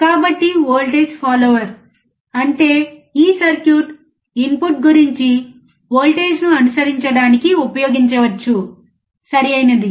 కాబట్టి voltage follower అంటే ఈ సర్క్యూట్ ఇన్పుట్ గురించి వోల్టేజ్ను అనుసరించడానికి ఉపయోగించవచ్చు సరియైనది